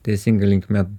teisinga linkme